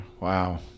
Wow